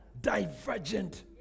Divergent